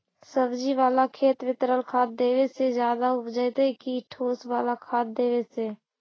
सब्जी बाला खेत में तरल खाद देवे से ज्यादा उपजतै कि ठोस वाला खाद देवे से?